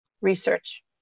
research